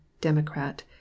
Democrat